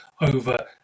Over